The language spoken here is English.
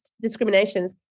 discriminations